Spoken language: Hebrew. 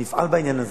אני אפעל בעניין הזה.